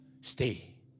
Stay